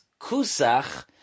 Kusach